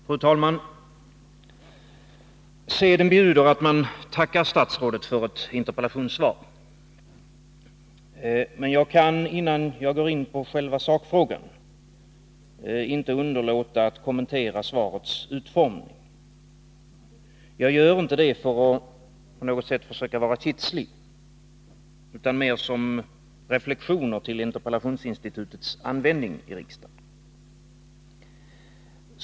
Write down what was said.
Fru talman! Seden bjuder att man tackar statsrådet för ett interpellationssvar. Men jag kan — innan jag går in på själva sakfrågan — inte underlåta att kommentera svarets utformning. Jag gör det inte för att försöka vara kitslig, utan mer som reflexioner till interpellationsinstitutets användning i riksdagen.